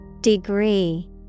Degree